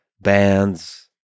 bands